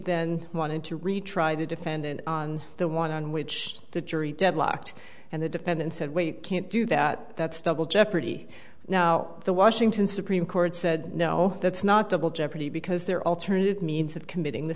then wanted to retry the defendant on the one on which the jury deadlocked and the defendant said wait can't do that that's double jeopardy now the washington supreme court said no that's not the real jeopardy because there are alternative means of committing the